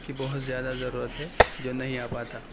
کی بہت زیادہ ضرورت ہے جو نہیں آ پاتا